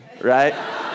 right